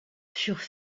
furent